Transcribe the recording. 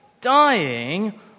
dying